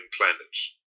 planets